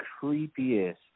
creepiest